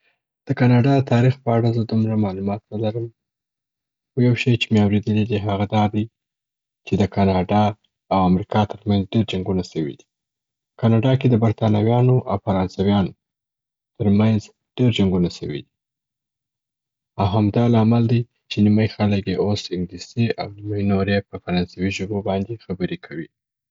د کاناډار د تاریخ په اړه زه دومره معلومات نه لرم، خو یو شی چې مي اوریدلی دي هغه دا دی چې د کاناډا او امریکا تر منځ ډېر جنګونه سوي دي. کاناډا کې د برتانویانو او فرانسویانو تر منځ ډېر جنګونه سوي، او همدا لامل دی چې نیمی خلګ یې اوس انګلیسي او نیمی نور یې فرانسوي ژبو باندي خبري کوي.